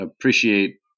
appreciate